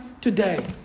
today